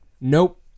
Nope